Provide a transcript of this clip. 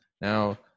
Now